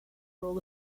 role